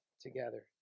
together